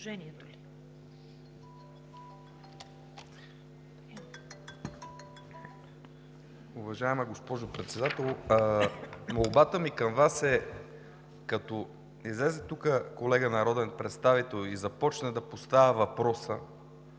Уважаема госпожо Председател, молбата ми към Вас е, като излезе тук колега народен представител и започне да поставя въпроса: